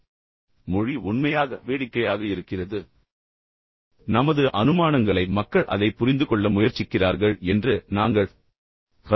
ஆனால் எப்படியோ நான் சொன்னது போல் மொழி உண்மையாக வேடிக்கையாக இருக்கிறது நாங்கள் விளையாட்டுகளை விளையாடுகிறோம் பின்னர் நமக்கு நமது சொந்த அனுமானங்கள் உள்ளன மேலும் மக்கள் அதைப் புரிந்துகொள்ள முயற்சிக்கிறார்கள் என்று நாங்கள் கருதுகிறோம்